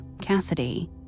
Cassidy